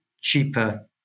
cheaper